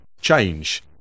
change